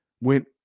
went